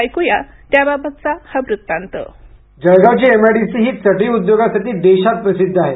ऐकुया त्याबाबतचा हा वृत्तांत जळगावची एमआयडीसी हि चटई उद्योगासाठी देशात प्रसिद्ध आहे